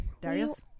Darius